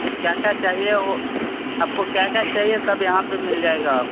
तो क्या क्या चाहिए वह आपको क्या क्या चाहिए सब यहाँ पर मिल जाएगा